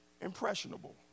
impressionable